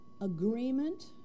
agreement